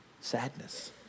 Sadness